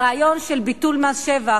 הרעיון של ביטול מס שבח,